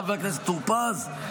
חבר הכנסת טור פז,